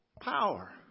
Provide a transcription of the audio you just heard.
power